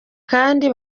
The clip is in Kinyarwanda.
abandi